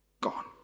gone